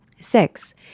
Six